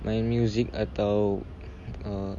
main music atau uh